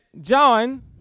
John